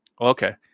okay